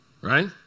Right